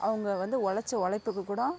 அவங்க வந்து உழச்ச உழைப்புக்கு கூடம்